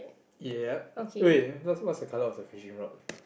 ya wait what what's the colour of the fish in front